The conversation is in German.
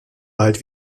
wald